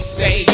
say